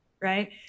right